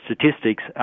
Statistics